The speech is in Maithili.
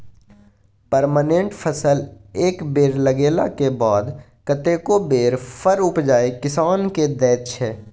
परमानेंट फसल एक बेर लगेलाक बाद कतेको बेर फर उपजाए किसान केँ दैत छै